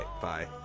Bye